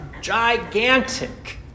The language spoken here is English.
gigantic